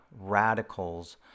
radicals